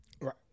Right